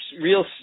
real